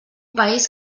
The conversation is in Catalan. país